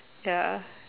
ya